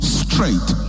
straight